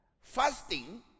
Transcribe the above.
fasting